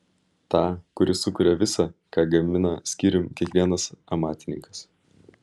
tą kuris sukuria visa ką gamina skyrium kiekvienas amatininkas